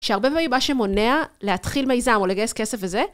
שהרבה פעמים מה שמונע להתחיל מיזם או לגייס כסף וזה